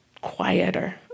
quieter